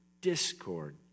discord